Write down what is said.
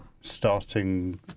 starting